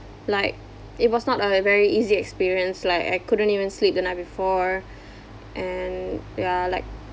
like it was not a very easy experience like I couldn't even sleep the night before and ya like